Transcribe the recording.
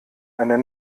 eine